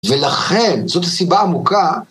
ולכן, זאת סיבה עמוקה.